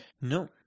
no